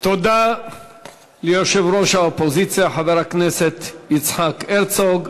תודה ליושב-ראש האופוזיציה חבר הכנסת יצחק הרצוג.